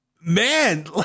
Man